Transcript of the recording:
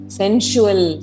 sensual